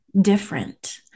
different